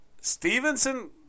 Stevenson